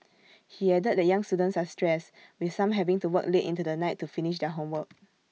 he added that young students are stressed with some having to work late into the night to finish their homework